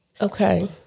Okay